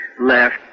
left